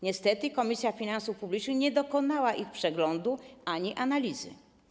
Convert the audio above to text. Niestety Komisja Finansów Publicznych nie dokonała ich przeglądu ani analizy.